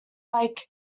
like